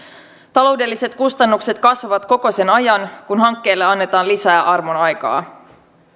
taloudelliset kustannukset kasvavat koko sen ajan kun hankkeelle annetaan lisää armonaikaa